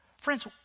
Friends